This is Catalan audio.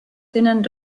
tenen